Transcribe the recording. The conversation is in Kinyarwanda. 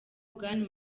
bwana